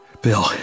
Bill